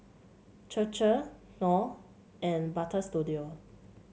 Chir Chir Knorr and Butter Studio